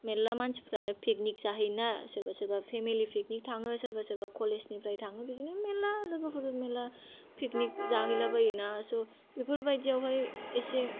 मेल्ला मानसिफ्रानो पिकनिक जाहैयो ना सोरबा सोरबा फेमिलि पिकनिक थाङो सोरबा सोरबा कलेजनिफ्राय थाङो बिदिनो मेल्ला लोगोफोरजों मेल्ला पिकनिक जाहैलाबायो ना स' बेफोरबायदियावहाय एसे